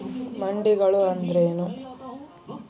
ಮಂಡಿಗಳು ಅಂದ್ರೇನು?